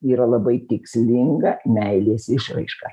yra labai tikslinga meilės išraiška